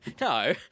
no